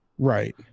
right